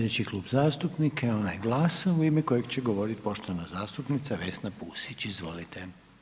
Slijedeći Klub zastupnika je onaj GLAS-a u ime kojeg će govorit poštovana zastupnica Vesna Pusić, izvolite.